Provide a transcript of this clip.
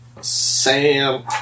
Sam